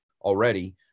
already